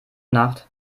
nacht